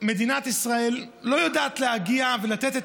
מדינת ישראל לא יודעת להגיע ולתת את